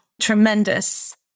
tremendous